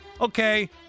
okay